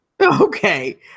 Okay